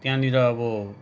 त्यहाँनिर अब